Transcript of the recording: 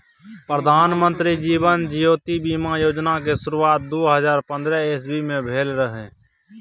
प्रधानमंत्री जीबन ज्योति बीमा योजना केँ शुरुआत दु हजार पंद्रह इस्बी मे भेल रहय